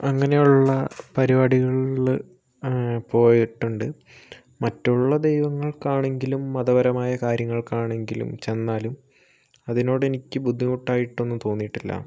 അങ്ങനെയുള്ള പരിപാടികളില് പോയിട്ടുണ്ട് മറ്റുള്ള ദൈവങ്ങൾക്കാണെങ്കിലും മതപരമായ കാര്യങ്ങൾക്കാണെങ്കിലും ചെന്നാലും അതിനോടെനിക്ക് ബുദ്ധിമുട്ടായിട്ടൊന്നും തോന്നിയിട്ടില്ല